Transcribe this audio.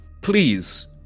please